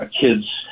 kids